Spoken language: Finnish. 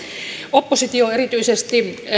oppositio ja erityisesti